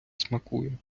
смакує